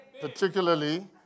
particularly